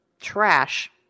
trash